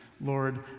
Lord